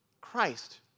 Christ